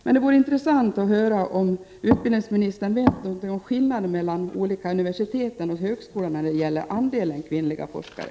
Det vore intressant att höra om utbildningsministern vet någonting om skillnaden mellan olika universitet och högskolor när det gäller andelen kvinnliga forskare.